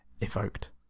evoked